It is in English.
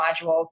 modules